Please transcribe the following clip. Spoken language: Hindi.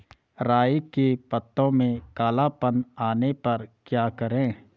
राई के पत्तों में काला पन आने पर क्या करें?